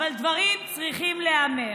אבל דברים צריכים להיאמר.